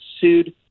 sued